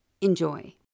Enjoy